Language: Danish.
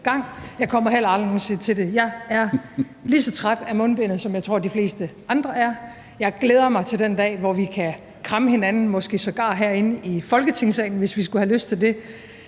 gang, og jeg kommer heller aldrig nogen sinde til det. Jeg er lige så træt af mundbindet, som jeg tror de fleste andre er, og jeg glæder mig til den dag, hvor vi kan kramme hinanden, måske sågar herinde i Folketingssalen, hvis vi skulle have lyst til det